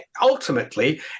ultimately